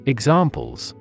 Examples